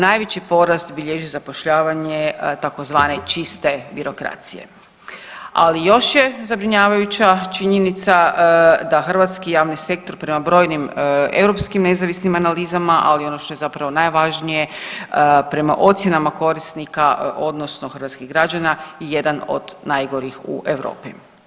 Najveći porast bilježi zapošljavanje tzv. čiste birokracije, ali još je zabrinjavajuća činjenica da hrvatski javni sektor prema brojnim europskim nezavisnim analizama, ali i ono što je zapravo najvažnije prema ocjenama korisnika, odnosno hrvatskih građana je jedan od najgorih u Europi.